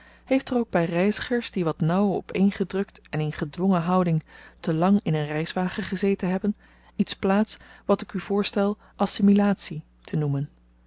heeft er ook by reizigers die wat nauw op één gedrukt en in gedwongen houding te lang in een reiswagen gezeten hebben iets plaats wat ik u voorstel assimilatie te noemen